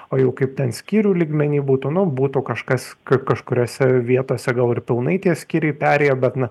o jau kaip ten skyrių lygmeny būtų nu būtų kažkas kad kažkuriose vietose gal ir pilnai tie skyriai perėjo bet na